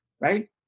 right